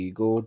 go